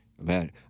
man